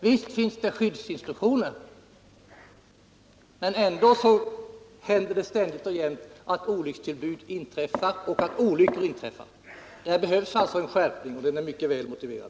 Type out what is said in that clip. Visst finns det skyddsinstruktioner, men ändå inträffar ständigt och jämt olyckor eller olyckstillbud. Här behövs alltså en skärpning, och en sådan är mycket väl motiverad.